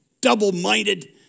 double-minded